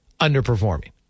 underperforming